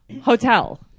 Hotel